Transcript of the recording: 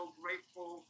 grateful